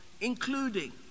including